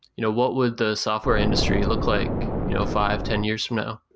you know what would the software industry look like you know five, ten years from now?